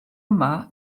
yma